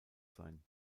sein